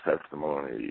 testimony